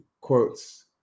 quotes